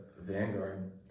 Vanguard